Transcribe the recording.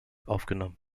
aufgenommen